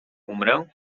umrę